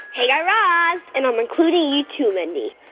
hey, guy raz. and i'm including you, too, mindy.